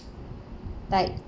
like